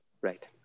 Right